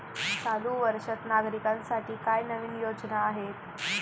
चालू वर्षात नागरिकांसाठी काय नवीन योजना आहेत?